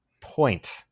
point